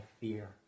fear